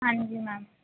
ਹਾਂਜੀ ਮੈਮ